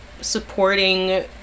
supporting